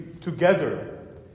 together